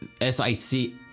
S-I-C